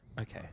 Okay